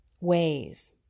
ways